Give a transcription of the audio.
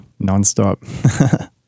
nonstop